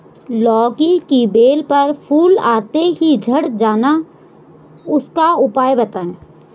लौकी की बेल पर फूल आते ही झड़ जाना इसका उपाय बताएं?